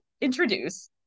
introduce